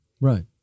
Right